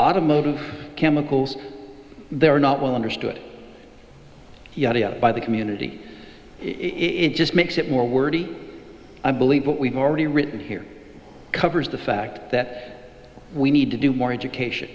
automotive chemicals they're not well understood by the community it just makes it more wordy i believe what we've already written here covers the fact that we need to do more education